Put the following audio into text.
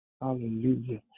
Hallelujah